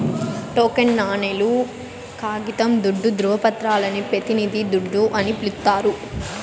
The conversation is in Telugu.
టోకెన్ నాణేలు, కాగితం దుడ్డు, దృవపత్రాలని పెతినిది దుడ్డు అని పిలిస్తారు